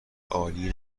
عالی